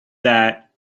that